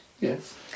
Yes